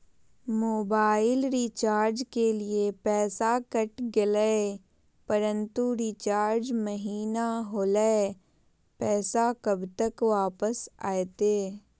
Mobile recharge के लिए पैसा कट गेलैय परंतु रिचार्ज महिना होलैय, पैसा कब तक वापस आयते?